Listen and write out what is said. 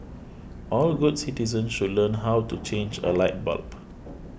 all good citizens should learn how to change a light bulb